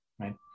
right